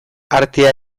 artea